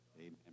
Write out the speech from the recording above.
Amen